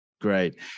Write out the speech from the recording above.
Great